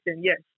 yes